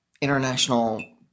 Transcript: international